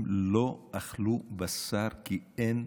לא אכלו בשר כי אין